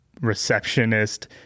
receptionist